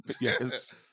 Yes